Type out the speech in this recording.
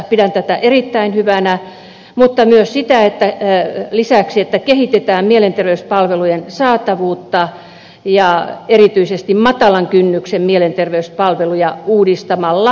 pidän tätä erittäin hyvänä mutta lisäksi myös sitä että kehitetään mielenterveyspalvelujen saatavuutta ja erityisesti matalan kynnyksen mielenterveyspalveluja uudistamalla mielenterveyslakia